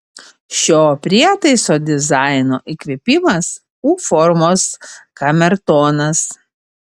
šio prietaiso dizaino įkvėpimas u formos kamertonas